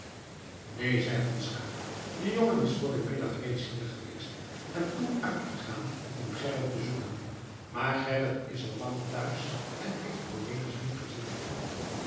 neen zei van schaeck de jongen is voor den middag reeds hier geweest en toen uitgegaan om gerrit te zoeken maar gerrit is al lang thuis en heeft cornelis niet gezien